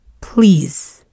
please